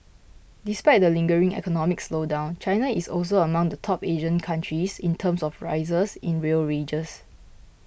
despite the lingering economic slowdown China is also among the top Asian countries in terms of rises in real wages